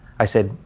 i said,